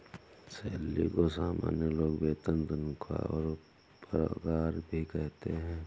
salary को सामान्य लोग वेतन तनख्वाह और पगार भी कहते है